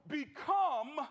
become